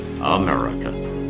America